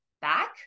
back